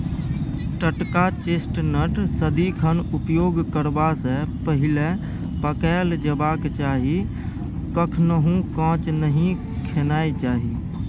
टटका चेस्टनट सदिखन उपयोग करबा सँ पहिले पकाएल जेबाक चाही कखनहुँ कांच नहि खेनाइ चाही